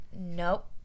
nope